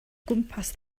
gwmpas